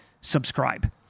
subscribe